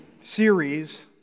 series